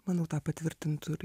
manau tą patvirtintų ir